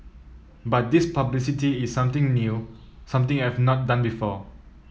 but this publicity is something new something I've not done before